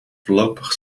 voorlopig